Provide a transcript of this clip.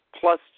plus